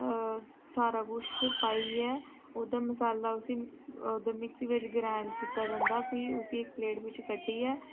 सारा कुछ पाइयै ओह्दा मसाला उसी ओह्दे मिक्सी बिच्च गरैंड कीता जंदा फ्ही उसी इक प्लेट बिच्च कड्ढियै